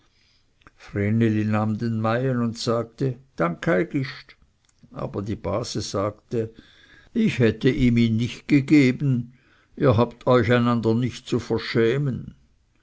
den meien und sagte dankeigist aber die base sagte ich hätte ihm ihn nicht gegeben ihr habt euch einander nicht zu verschämen